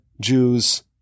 Jews